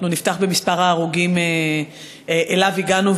אנחנו נפתח במספר ההרוגים שאליו הגענו,